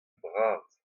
bras